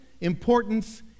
importance